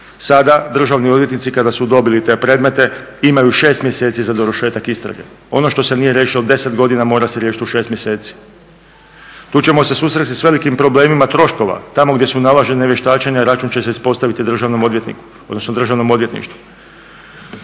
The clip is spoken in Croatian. Sada državni odvjetnici kada su dobili te predmete imaju 6 mjeseci za dovršetak istrage. Ono što se nije riješilo 10 godina mora se riješiti u 6 mjeseci. Tu ćemo se susresti sa velikim problemima troškova. Tamo gdje su nalažena vještačenja račun će se ispostaviti državnom odvjetniku odnosno Državnom odvjetništvu.